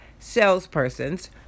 salespersons